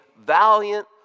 valiant